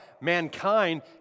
mankind